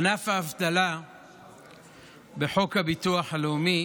ענף האבטלה בחוק הביטוח הלאומי